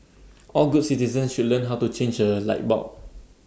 all good citizens should learn how to change A light bulb